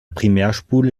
primärspule